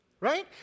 right